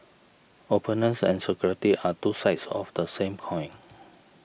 openness and security are two sides of the same coin